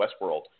Westworld